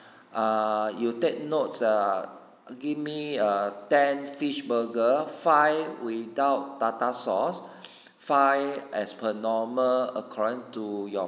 err you take notes err give me err ten fish burger five without tartar sauce five as per normal according to your